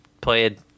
played